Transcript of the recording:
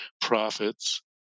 profits